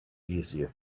easier